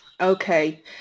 Okay